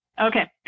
Okay